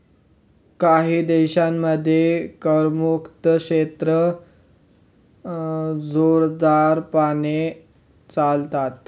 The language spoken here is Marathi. काही देशांमध्ये करमुक्त क्षेत्रे जोरदारपणे चालतात